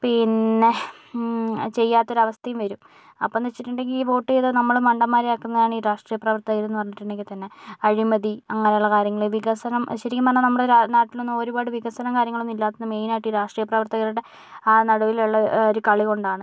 പിന്നെ ചെയ്യാത്തൊരവസ്ഥയും വരും അപ്പന്നു വെച്ചിട്ടുണ്ടെങ്കി വോട്ട് ചെയ്ത നമ്മളെ മണ്ടന്മാരാക്കുന്നതാണ് ഈ രാഷ്ട്രീയ പ്രവർത്തകരെന്നു പറഞ്ഞിട്ടുണ്ടെങ്കിൽ തന്നെ അഴിമതി അങ്ങനെയുള്ള കാര്യങ്ങള് വികസനം ശരിക്കും പറഞ്ഞാൽ നമ്മുടെ നാട്ടിലൊന്നും ഒരുപാട് വികസനം കാര്യങ്ങളൊന്നും ഇല്ലാത്തത് മെയിനായിട്ട് ഈ രാഷ്ട്രീയ പ്രവർത്തകരുടെ ആ നടുവിലുള്ള ആ ഒരു കളികൊണ്ടാണ്